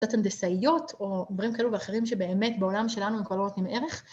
קצת הנדסאיות או דברים כאילו ואחרים שבאמת בעולם שלנו הם כבר לא נותנים ערך